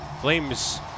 Flames